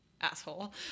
asshole